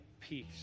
peace